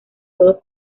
todos